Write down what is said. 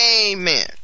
Amen